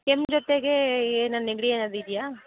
ಕೆಮ್ಮು ಜೊತೆಗೆ ಏನು ನೆಗಡಿ ಏನಾದರೂ ಇದೆಯಾ